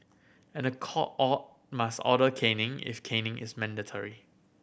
and the court all must order caning if caning is mandatory